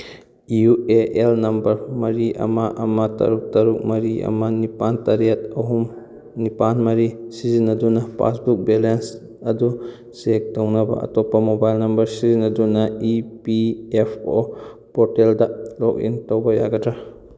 U A N number ꯃꯔꯤ ꯑꯃ ꯑꯃ ꯇꯔꯨꯛ ꯇꯔꯨꯛ ꯃꯔꯤ ꯑꯃ ꯅꯤꯄꯥꯜ ꯇꯔꯦꯠ ꯑꯍꯨꯝ ꯅꯤꯄꯥꯜ ꯃꯔꯤ ꯁꯤꯖꯤꯟꯅꯗꯨꯅ ꯄꯥꯁꯕꯨꯛ ꯕꯦꯂꯦꯟꯁ ꯑꯗꯨ ꯆꯦꯛ ꯇꯧꯅꯕ ꯑꯇꯣꯞꯄ ꯃꯣꯕꯥꯏꯜ ꯅꯝꯕꯔ ꯁꯤꯖꯤꯟꯅꯗꯨꯅ ꯏ ꯄꯤ ꯑꯦꯐ ꯑꯣ ꯄꯣꯔꯇꯦꯜꯗ ꯂꯣꯛꯏꯟ ꯇꯧꯕ ꯌꯥꯒꯗ꯭ꯔꯥ